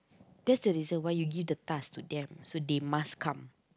that's the reason why you give the task to them so they must come